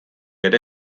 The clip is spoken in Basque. ere